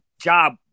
job